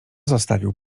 zostawił